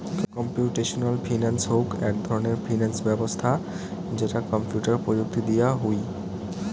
computational finance হউক এক ধরণের ফিনান্স ব্যবছস্থা যেটা কম্পিউটার প্রযুক্তি দিয়া হুই